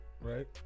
right